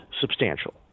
substantial